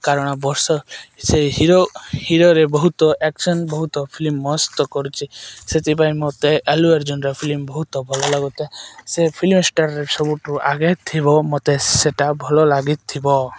କାରଣ ବର୍ଷ ସେ ହିରୋ ହିରୋରେ ବହୁତ ଆକ୍ସନ ବହୁତ ଫିଲ୍ମ ମସ୍ତ କରୁଛି ସେଥିପାଇଁ ମୋତେ ଆଲୁ ଆର୍ଜୁନର ଫିଲ୍ମ ବହୁତ ଭଲ ଲାଗୁଥାଏ ସେ ଫିଲ୍ମ ଷ୍ଟାରରେ ସବୁଠୁ ଆଗେ ଥିବ ମୋତେ ସେଇଟା ଭଲ ଲାଗିଥିବ